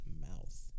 mouth